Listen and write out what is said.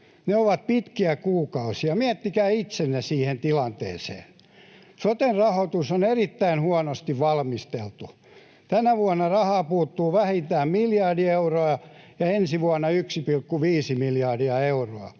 Ne ovat pitkiä kuukausia. Miettikää itsenne siihen tilanteeseen. Soten rahoitus on erittäin huonosti valmisteltu. Tänä vuonna rahaa puuttuu vähintään miljardi euroa ja ensi vuonna 1,5 miljardia euroa,